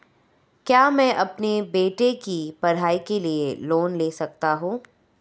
क्या मैं अपने बेटे की पढ़ाई के लिए लोंन ले सकता हूं?